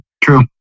true